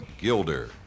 Gilder